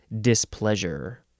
displeasure